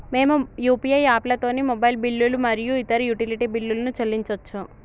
మేము యూ.పీ.ఐ యాప్లతోని మొబైల్ బిల్లులు మరియు ఇతర యుటిలిటీ బిల్లులను చెల్లించచ్చు